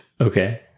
Okay